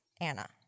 Anna